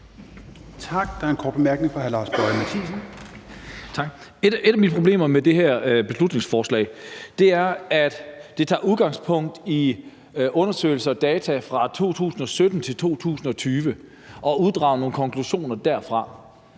Et af mine problemer med det her beslutningsforslag er, at det tager udgangspunkt i undersøgelser og data fra 2017 til 2020 og uddrager nogle konklusioner derfra.